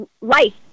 life